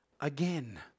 again